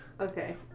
okay